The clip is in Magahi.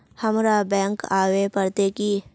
हमरा बैंक आवे पड़ते की?